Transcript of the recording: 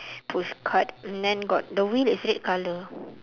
pushcart and then got the wheel is red colour